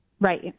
Right